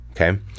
Okay